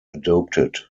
adopted